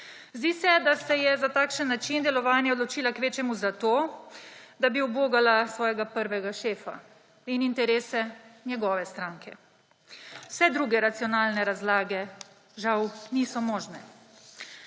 Zdi se, da se je za takšen način delovanja odločila kvečjemu zato, da bi ubogala svojega prvega šefa in interese njegove stranke. Vse druge racionalne razlage žal niso možne.